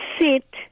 sit